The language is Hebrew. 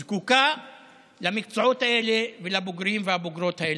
זקוקה למקצועות האלה ולבוגרים והבוגרות האלה.